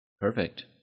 Perfect